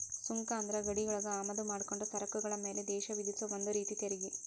ಸುಂಕ ಅಂದ್ರ ಗಡಿಯೊಳಗ ಆಮದ ಮಾಡ್ಕೊಂಡ ಸರಕುಗಳ ಮ್ಯಾಲೆ ದೇಶ ವಿಧಿಸೊ ಒಂದ ರೇತಿ ತೆರಿಗಿ